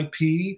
IP